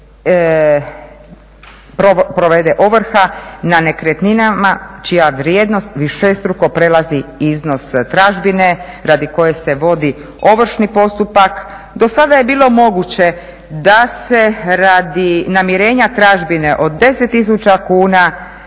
provede ovrha na nekretninama čija vrijednost višestruko prelazi iznos tražbine radi koje se vodi ovršni postupak. Dosada je bilo moguće da se radi namirenja tražbine od 10 000 kuna